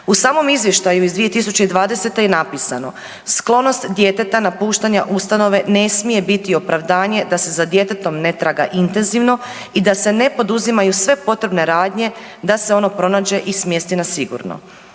U samom izvještaju iz 2020. je napisano: „Sklonost djeteta, napuštanje ustanove ne smije biti opravdanje da se za djetetom ne traga intenzivno i da se ne poduzimaju sve potrebne radnje da se ono pronađe i smjesti na sigurno.